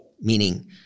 meaning